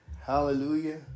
hallelujah